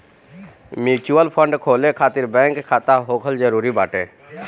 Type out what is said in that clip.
mutual fund खोले खातिर bank खाता होखल जरुरी बाटे